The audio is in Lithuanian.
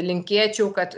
linkėčiau kad